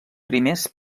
primers